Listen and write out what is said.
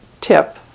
tip